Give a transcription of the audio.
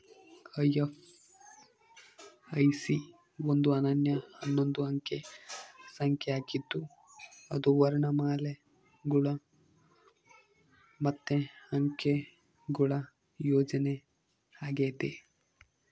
IFSC ಒಂದು ಅನನ್ಯ ಹನ್ನೊಂದು ಅಂಕೆ ಸಂಖ್ಯೆ ಆಗಿದ್ದು ಅದು ವರ್ಣಮಾಲೆಗುಳು ಮತ್ತೆ ಅಂಕೆಗುಳ ಸಂಯೋಜನೆ ಆಗೆತೆ